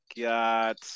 got